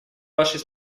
вашей